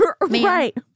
Right